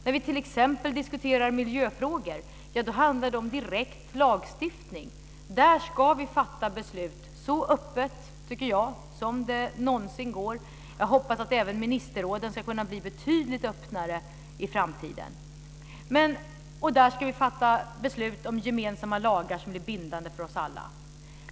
När vi t.ex. diskuterar miljöfrågor handlar det om direkt lagstiftning. Där ska vi fatta beslut så öppet som det någonsin går, tycker jag. Jag hoppas att även ministerråden ska kunna bli betydligt öppnare i framtiden. Där ska vi fatta beslut om gemensamma lagar som blir bindande för oss alla.